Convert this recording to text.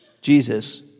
Jesus